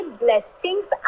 blessings